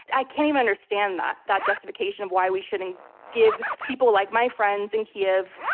i can't even understand that, that justification of why we shouldn't give people like my friends in kiev,